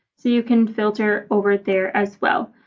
so you can filter over there as well.